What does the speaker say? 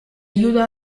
aiuto